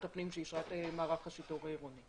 הפנים שאישרה את מערך השיטור העירוני.